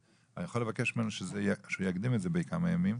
אני יכול לבקש ממנו שהוא יקדים את זה בכמה ימים.